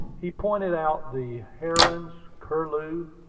he pointed out the herons, curlew,